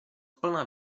plná